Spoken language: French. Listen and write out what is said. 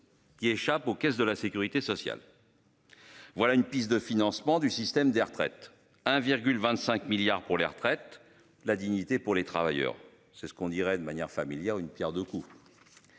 Qui échappent aux caisses de la Sécurité sociale. Voilà une piste de financement du système des retraites 1,25 milliards pour les retraites. La dignité pour les travailleurs. C'est ce qu'on dirait une manière familière une pierre deux coups.